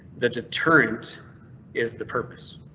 the deterrent is the purpose.